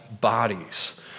bodies